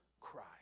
cry